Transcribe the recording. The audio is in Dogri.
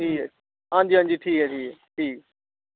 ठीक ऐ आं जी आं जी ठीक ऐ